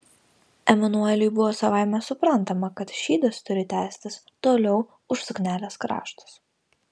emanueliui buvo savaime suprantama kad šydas turi tęstis toliau už suknelės kraštus